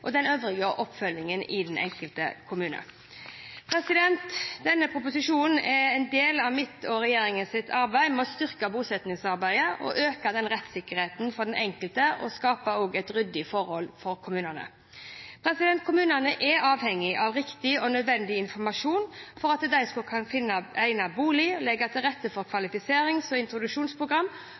og den øvrige oppfølgingen i den enkelte kommune. Denne proposisjonen er en del av mitt og regjeringens arbeid med å styrke bosettingsarbeidet, øke rettssikkerheten for den enkelte og skape ryddige forhold for kommunene. Kommunene er avhengig av riktig og nødvendig informasjon for at de skal kunne finne egnet bolig og legge til rette for kvalifiserings- og introduksjonsprogram,